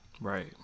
right